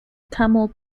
carmel